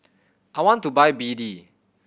I want to buy B D